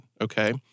okay